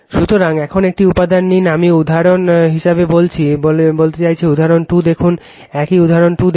সুতরাং এখন একটি উদাহরণ নিন আমি উদাহরণ হিসাবে বলতে চাচ্ছি উদাহরণ 2 দেখুন একই উদাহরণ 2 দেখুন